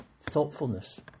thoughtfulness